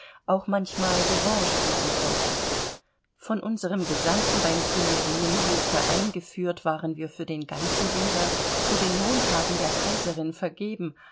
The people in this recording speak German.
auch manchmal revanche bieten konnten von unserem gesandten beim tuilerienhofe eingeführt waren wir für den ganzen winter zu den montagen der kaiserin vergeben